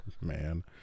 man